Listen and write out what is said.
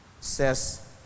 says